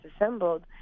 assembled